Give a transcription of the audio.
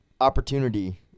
opportunity